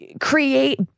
create